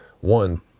one